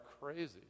crazy